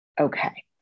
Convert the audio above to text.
okay